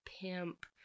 pimp